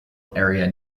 area